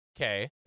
Okay